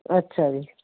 ਅੱਛਾ ਜੀ